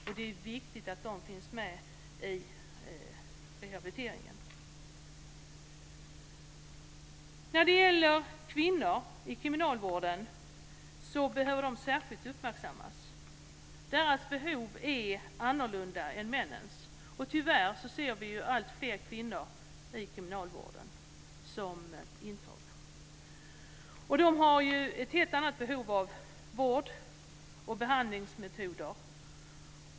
Det är viktigt att de finns med i rehabiliteringen. Kvinnor i kriminalvården behöver särskilt uppmärksammas. Deras behov är annorlunda än männens. Tyvärr ser vi alltfler kvinnliga intagna i kriminalvården. De har ett helt annat behov av vård och behandlingsmetoder.